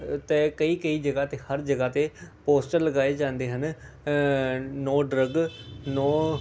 ਅਤੇ ਕਈ ਕਈ ਜਗ੍ਹਾ 'ਤੇ ਹਰ ਜਗ੍ਹਾ 'ਤੇ ਪੋਸਟਰ ਲਗਾਏ ਜਾਂਦੇ ਹਨ ਨੋ ਡਰੱਗ ਨੋ